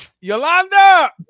Yolanda